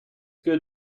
good